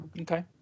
Okay